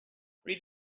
read